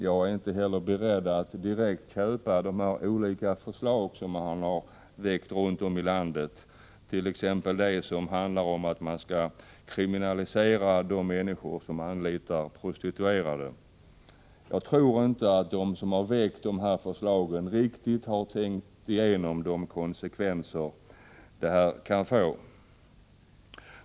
Jag är inte heller beredd att ”köpa” de olika förslag som har väckts runt om i landet, t.ex. det som handlar om att kriminalisera de människor som anlitar prostituerade. Jag tror inte att de som har väckt dessa förslag riktigt har tänkt igenom vilka konsekvenser förslagen kan få.